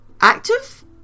Active